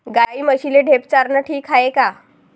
गाई म्हशीले ढेप चारनं ठीक हाये का?